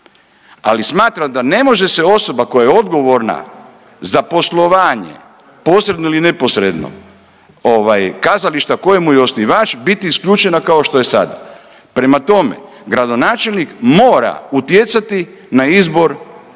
ali smatram da ne može se osoba koja je odgovorna za poslovanje posredno ili neposredno ovaj kazališta kojemu je osnivač biti isključena kao što je sad. Prema tome, gradonačelnik mora utjecati na izbor intendanta